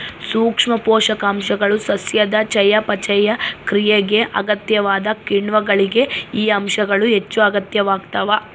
ಸೂಕ್ಷ್ಮ ಪೋಷಕಾಂಶಗಳು ಸಸ್ಯದ ಚಯಾಪಚಯ ಕ್ರಿಯೆಗೆ ಅಗತ್ಯವಾದ ಕಿಣ್ವಗಳಿಗೆ ಈ ಅಂಶಗಳು ಹೆಚ್ಚುಅಗತ್ಯವಾಗ್ತಾವ